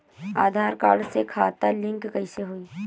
आधार card से खाता link कईसे होई?